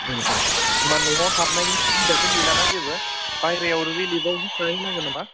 होनबा न'आव हाबनायनि सुबिदाथ' गैला ना जेबो बायरायाव रिलिफआवसो थाहै नांगोन नामा